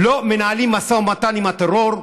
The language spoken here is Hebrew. לא מנהלים משא ומתן עם הטרור,